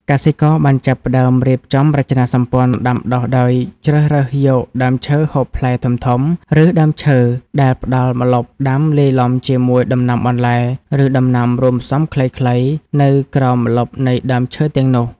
កសិករបានចាប់ផ្ដើមរៀបចំរចនាសម្ព័ន្ធដាំដុះដោយជ្រើសរើសយកដើមឈើហូបផ្លែធំៗ ឬដើមឈើដែលផ្ដល់ម្លប់ដាំលាយឡំជាមួយដំណាំបន្លែ ឬដំណាំរួមផ្សំខ្លីៗនៅក្រោមម្លប់នៃដើមឈើទាំងនោះ។